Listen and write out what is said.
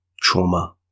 trauma